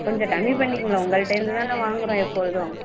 கொஞ்சம் கம்மி பண்ணிக்குங்க உங்கள்கிட்டேந்து தானே வாங்குகிறோம் எப்பொழுதும்